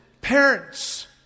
parents